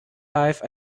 life